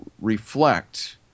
reflect